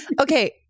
okay